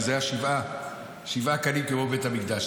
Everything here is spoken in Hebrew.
כי זה היה שבעה קנים כמו בית המקדש.